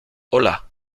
hola